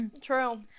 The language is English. True